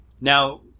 now